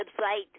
website